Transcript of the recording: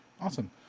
Awesome